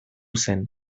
zen